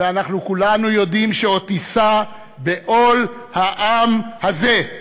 ואנו כולנו יודעים שעוד תישא בעול העם הזה.